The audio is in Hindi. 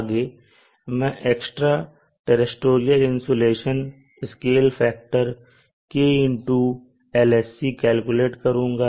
आगे मैं extra terrestrial insulation scale factor kLSC calculate करुंगा